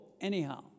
anyhow